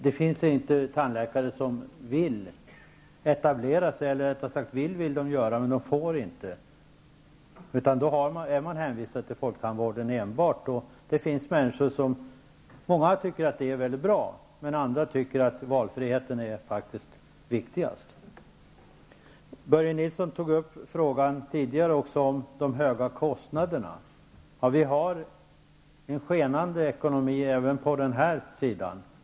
Det finns tandläkare som vill etablera sig, men de får inte göra det, utan konsumenterna är hänvisade enbart till folktandvården. Nu finns det många som tycker att det är väldigt bra, medan andra tycker att valfriheten faktiskt är det viktigaste. Börje Nilsson tog tidigare upp frågan om de höga kostnaderna. Vi har en skenande ekonomi även här.